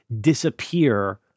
disappear